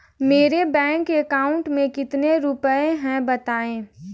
मेरे bank account में कितने रुपए हैं बताएँ?